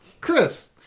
Chris